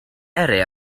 yrru